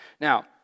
now